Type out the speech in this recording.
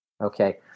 Okay